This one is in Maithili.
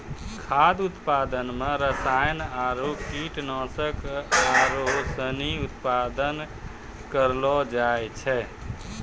खाद्य उद्योग मे रासायनिक आरु कीटनाशक आरू सनी उत्पादन करलो जाय छै